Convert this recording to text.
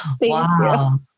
wow